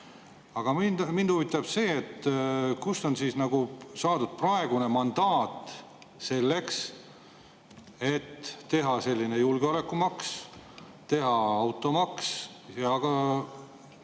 Aga mind huvitab see, kust on siis saadud praegune mandaat selleks, et teha selline julgeolekumaks, teha automaks ja ka